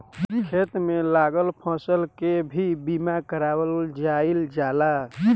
खेत में लागल फसल के भी बीमा कारावल जाईल जाला